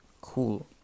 cool